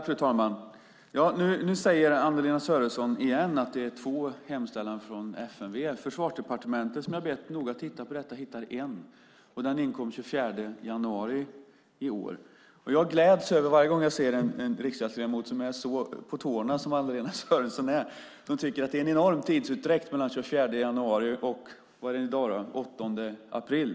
Fru talman! Nu säger Anna-Lena Sörenson igen att det vid två tillfällen har kommit en hemställan från FMV. Jag har bett Försvarsdepartementet att titta noga på detta, och man hittar bara en hemställan. Den inkom den 24 januari i år. Jag gläds varje gång jag ser en riksdagsledamot som är så på tårna som Anna-Lena Sörenson är och som tycker att det är en enorm tidsutdräkt mellan den 24 januari och den 8 april.